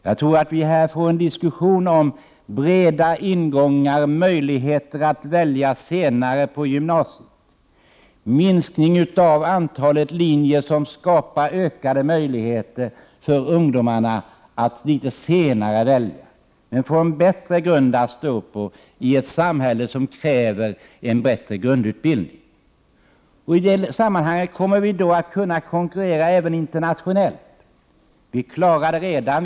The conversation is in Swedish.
Vi kommer att få en diskussion om breda ingångar, möjligheter att senare välja på gymnasiet och en minskning av antalet linjer, vilket skapar ökade möjligheter för ungdomarna att senare välja. De får en bättre grund att stå på i ett samhälle som kräver en bättre grundutbildning. I detta sammanhang kommer vi då att kunna konkurrera även internationellt. Vi har redan goda förutsättningar att klara detta.